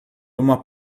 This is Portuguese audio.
uma